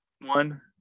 one